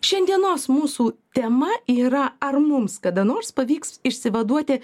šiandienos mūsų tema yra ar mums kada nors pavyks išsivaduoti